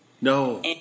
No